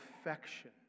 affection